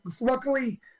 Luckily